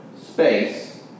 space